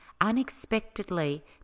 unexpectedly